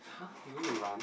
!huh! you going to run